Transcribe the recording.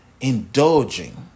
indulging